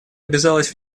обязалась